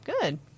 good